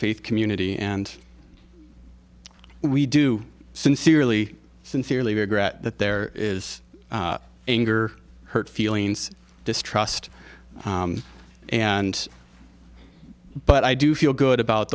faith community and we do sincerely sincerely regret that there is anger hurt feelings distrust and but i do feel good about